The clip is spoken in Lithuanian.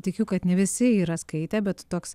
tikiu kad ne visi yra skaitę bet toks